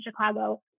Chicago